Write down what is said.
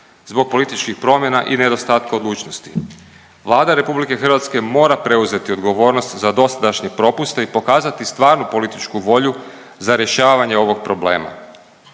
zbog političkih promjena i nedostatka odlučnosti. Vlada RH mora preuzeti odgovornost za dosadašnje propuste i pokazati stvarnu političku volju za rješavanje ovog problema.